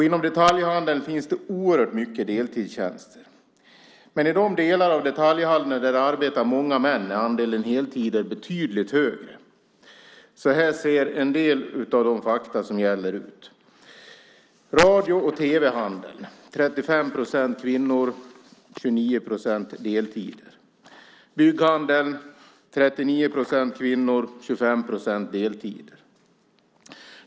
Inom detaljhandeln finns det oerhört mycket deltidstjänster, men i de delar inom detaljhandeln där det arbetar många män är andelen heltider betydligt högre. Så här ser en del av de fakta som gäller ut. Inom radio och tv-handeln är 35 procent kvinnor, och 29 procent arbetar deltid. Inom bygghandeln är 39 procent kvinnor, och 25 procent arbetar deltid.